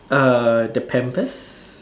(uh)q the pampers